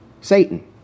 Satan